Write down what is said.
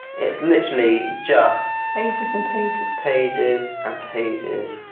it's literally just. pages and pages. pages and pages.